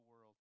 world